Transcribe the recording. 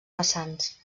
vessants